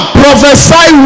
prophesy